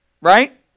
Right